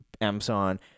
Amazon